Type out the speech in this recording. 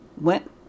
went